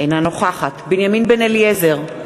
אינה נוכחת בנימין בן-אליעזר,